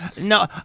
No